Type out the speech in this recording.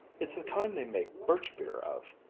it's the kind they make birch beer of.